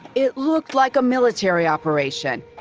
it looked like a military operation.